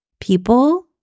People